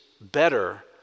better